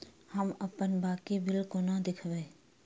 हम अप्पन बाकी बिल कोना देखबै?